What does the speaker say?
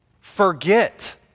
forget